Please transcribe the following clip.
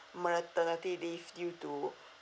maternity leave due to